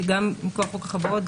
גם מכוח חוק החברות,